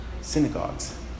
synagogues